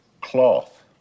cloth